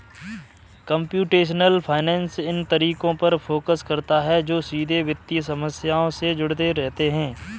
computational finance इन तरीकों पर फोकस करता है जो सीधे वित्तीय समस्याओं से जुड़े होते हैं